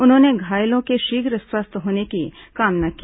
उन्होंने घायलों के शीघ्र स्वस्थ होने की कामना की